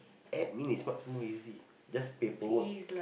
admin is much more easy just paperwork